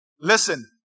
Listen